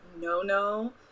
no-no